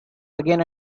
again